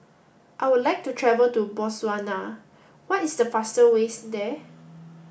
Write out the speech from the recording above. I would like to travel to Botswana what is the fastest ways there